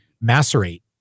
macerate